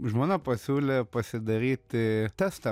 žmona pasiūlė pasidaryti testą